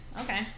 okay